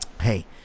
Hey